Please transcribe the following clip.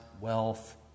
wealth